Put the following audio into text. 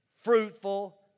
fruitful